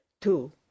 Two